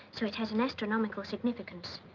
so it has an astronomical significance.